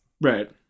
Right